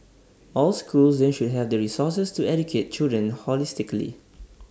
all schools then should have the resources to educate children holistically